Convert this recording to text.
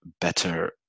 better